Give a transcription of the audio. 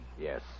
Yes